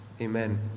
Amen